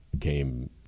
came